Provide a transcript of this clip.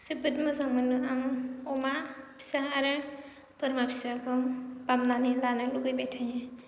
जोबोद मोजां मोनो आं अमा फिसा आरो बोरमा फिसाखौ बामनानै लानो लुगैबाय थायो